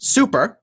Super